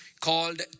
called